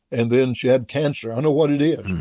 and then she had cancer. i know what it is.